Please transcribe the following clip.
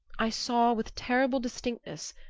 i saw, with terrible distinctness,